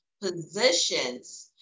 positions